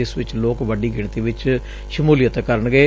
ਜਿਸ ਵਿਚ ਲੋਕ ਵੱਡੀ ਗਿਣਤੀ ਵਿਚ ਸ਼ਮੁਲੀਅਤ ਕਰਨਗੇ